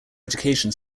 education